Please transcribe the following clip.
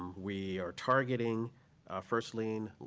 we are targeting first lien